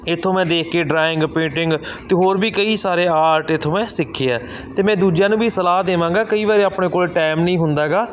ਇੱਥੋਂ ਮੈਂ ਦੇਖ ਕੇ ਡਰਾਇੰਗ ਪੇਟਿੰਗ ਅਤੇ ਹੋਰ ਵੀ ਕਈ ਸਾਰੇ ਆਰਟ ਇੱਥੋਂ ਮੈਂ ਸਿੱਖੀ ਹੈ ਅਤੇ ਮੈਂ ਦੂਜਿਆਂ ਨੂੰ ਵੀ ਸਲਾਹ ਦੇਵਾਂਗਾ ਕਈ ਵਾਰ ਆਪਣੇ ਕੋਲ ਟਾਈਮ ਨਹੀਂ ਹੁੰਦਾ ਗਾ